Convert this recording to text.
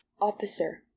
Officer